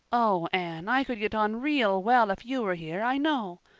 oh, anne, i could get on real well if you were here, i know.